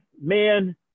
man